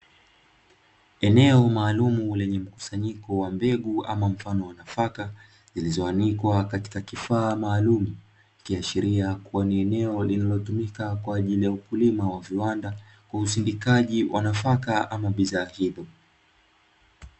Eneo maalumu lenye mkusanyiko wa mbegu ama mfano wa nafaka zilizoanikwa katika kifaa maalumu, ikiashiria kuwa ni eneo linalotumika kwa ajili ya ukulima wa viwanda kwa usindikaji wa nafaka ama bidhaa hizo.